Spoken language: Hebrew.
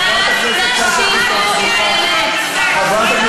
תראי איך את נראית.